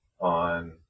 on